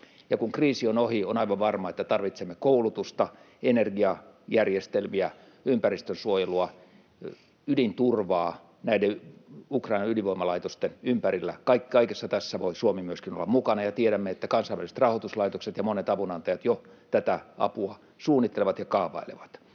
kun kriisi on ohi, on aivan varmaa, että tarvitsemme koulutusta, energiajärjestelmiä, ympäristönsuojelua, ydinturvaa näiden Ukrainan ydinvoimalaitosten ympärillä. Kaikessa tässä voi myöskin Suomi olla mukana, ja tiedämme, että kansainväliset rahoituslaitokset ja monet avunantajat tätä apua jo suunnittelevat ja kaavailevat.